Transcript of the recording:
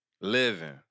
Living